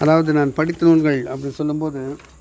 அதாவது நான் படித்த நூல்கள் அப்படின்னு சொல்லும் போது